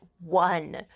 one